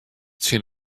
tsjin